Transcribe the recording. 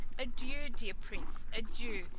adieu, dear prince, adieu!